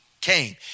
came